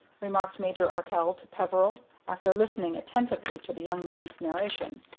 remarked major arkell to peveril, after listening attentively to the young man's narration,